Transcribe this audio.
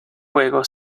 juego